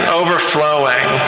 overflowing